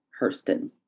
Hurston